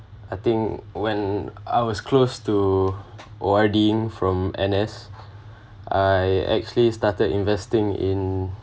I think when I was close to O_R_Ding from N_S I actually started investing in